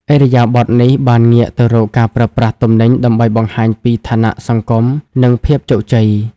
ឥរិយាបថនេះបានងាកទៅរកការប្រើប្រាស់ទំនិញដើម្បីបង្ហាញពី ឋានៈសង្គម និងភាពជោគជ័យ។